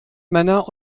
männer